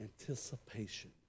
Anticipation